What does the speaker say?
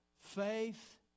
faith